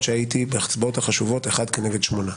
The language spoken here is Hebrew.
שהייתי בהצבעות החשובות אחד כנגד שמונה.